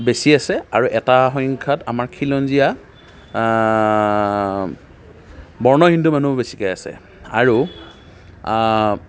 বেছি আছে আৰু এটা সংখ্যাত আমাক খিলঞ্জীয়া বৰ্ণ হিন্দু মানুহবোৰ বেছিকৈ আছে আৰু